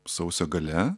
sausio gale